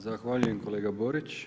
Zahvaljujem kolega Borić.